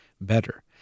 better